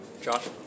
Josh